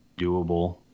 doable